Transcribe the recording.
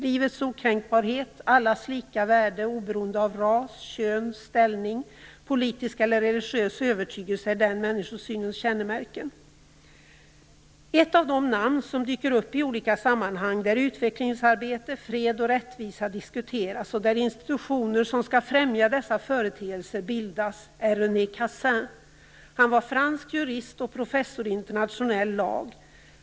Livets okränkbarhet, allas lika värde oberoende av ras, kön, ställning, politisk eller religiös övertygelse är den människosynens kännemärken. Ett av de namn som dyker upp i olika sammanhang där utvecklingsarbete, fred och rättvisa diskuteras och där institutioner som skall främja dessa företeelser bildas är René Cassin. Han var fransk jurist och professor i internationell lag.